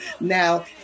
now